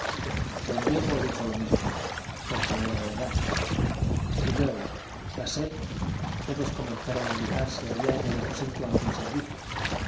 don diego dijo lo mismo porque era verdad y luego tras él todos comenzaron a mirar si había en el aposento algún servicio